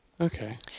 Okay